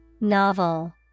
Novel